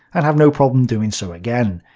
and have no problem doing so again.